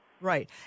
Right